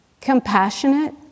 Compassionate